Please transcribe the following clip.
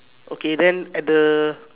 okay then at the